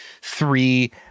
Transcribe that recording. three